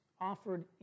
offered